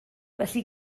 felly